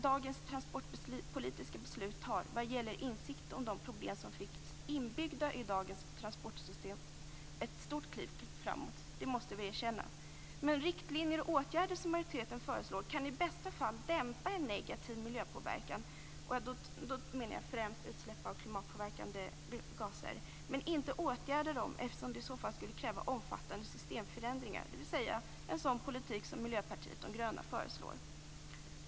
Dagens politiska beslut tar vad gäller insikten om de problem som finns inbyggda i dagens transportsystem ett stort kliv framåt, det måste vi erkänna. De riktlinjer och åtgärder som majoriteten föreslår kan i bästa fall dämpa en negativ miljöpåverkan - då menar jag främst utsläpp av klimatpåverkande gaser - men inte åtgärda dem, eftersom det skulle kräva omfattande systemförändringar, dvs. en sådan politik som Miljöpartiet de gröna föreslår.